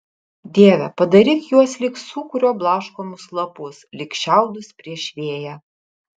dieve padaryk juos lyg sūkurio blaškomus lapus lyg šiaudus prieš vėją